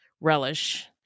relish